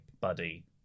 Buddy